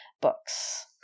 books